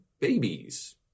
babies